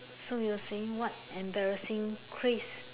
so you were saying what embarrassing craze